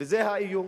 וזה האיום.